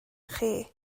chi